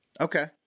okay